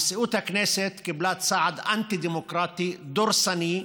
נשיאות הכנסת קיבלה צעד אנטי-דמוקרטי, דורסני.